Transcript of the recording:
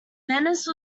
venice